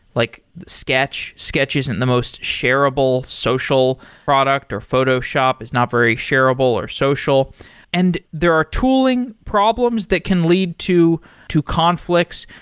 like sketch. sketch isn't the most shareable social product, or photoshop is not very shareable, or social and there are tooling problems that can lead to to conflicts.